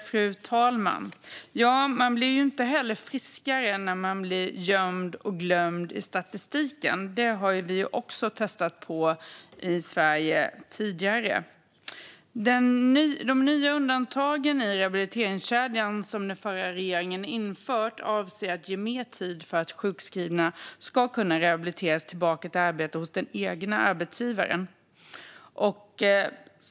Fru talman! Man blir inte heller friskare när man blir gömd och glömd i statistiken. Det har vi också testat på i Sverige tidigare. De nya undantag i rehabiliteringskedjan som den förra regeringen införde avser att ge mer tid för att sjukskrivna ska kunna rehabiliteras tillbaka till arbete hos den egna arbetsgivaren.